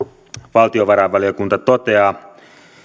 valtiovarainvaliokunta toteaa